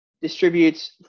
distributes